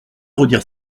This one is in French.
redire